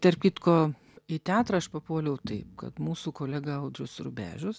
tarp kitko į teatrą aš papuoliau taip kad mūsų kolega audrius rubežius